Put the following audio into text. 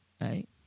right